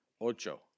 Ocho